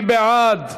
מי בעד?